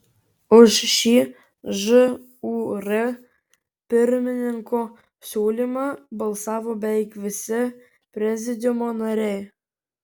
už šį žūr pirmininko siūlymą balsavo beveik visi prezidiumo nariai